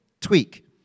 tweak